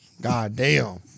Goddamn